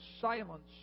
silence